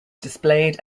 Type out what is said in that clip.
displayed